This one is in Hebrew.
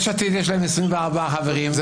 ליש עתיד יש 24 חברים ולישראל ביתנו יש רק 6 חברים.